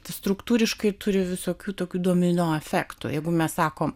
tu struktūriškai turi visokių tokių domino efektų jeigu mes sakome